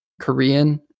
korean